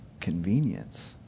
convenience